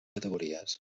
categories